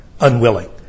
Unwilling